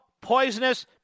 poisonous